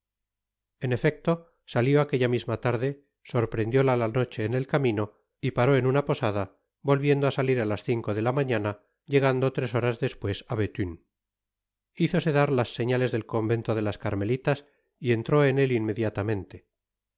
en efecto salió aquella misma tarde sorprendióla la noche en el camino y paró en una posada volviendo á salir á las cinco de la mañana llegando tres horas despues á bethune hizose dar las señas del convento de tas carmelitas y entró en él inmediatamente